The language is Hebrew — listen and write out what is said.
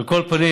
על כל פנים,